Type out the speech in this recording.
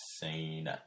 seen